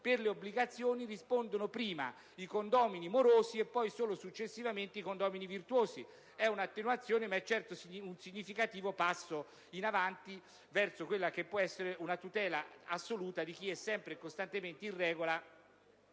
per le obbligazioni rispondono prima i condomini morosi, e solo successivamente quelli virtuosi. Si tratta di un'attenuazione, ma è ad ogni modo un significativo passo in avanti verso quella che può essere una tutela assoluta di chi è sempre e costantemente in regola